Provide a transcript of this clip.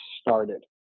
started